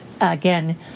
again